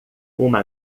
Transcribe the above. uma